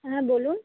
হ্যাঁ বলুন